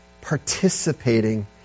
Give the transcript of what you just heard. Participating